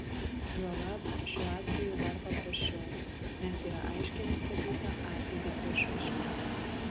juolab šiuo atveju dar paprasčiau nes yra aiškiai nustatyta atlygio išraiška